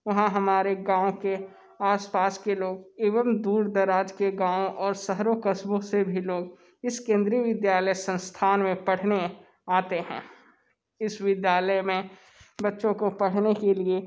वहाँ हमारे गाँव के आसपास के लोग एवं दूर दराज के गाँवों और शहरों कस्बों से भी लोग इस केंद्रीय विद्यालय संस्थान में पढ़ने आते हैं इस विद्यालय में बच्चों को पढ़ने के लिए